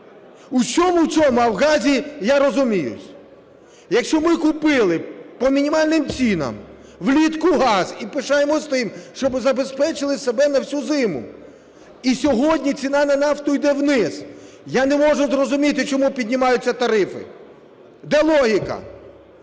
в чому-чому, а в газі я розуміюсь. Якщо ми купили по мінімальним цінам влітку газ і пишаємося тим, що забезпечили себе на всю зиму, і сьогодні ціна нафту йде вниз, я не можу зрозуміти, чому піднімаються тарифи? Де логіка?